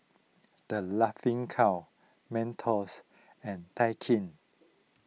the Laughing Cow Mentos and Daikin